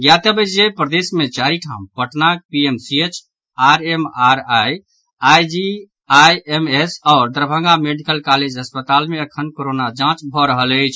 ज्ञातव्य अछि जे प्रदेश मे चारि ठाम पटनाक पीएमसीएच आरएमआरआई आईजीआईएमएस आओर दरभंगा मेडिकल कॉलेज अस्पताल मे अखन कोरोना जांच भऽ रहल अछि